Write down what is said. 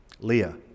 Leah